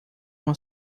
uma